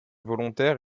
volontaire